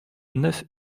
neuf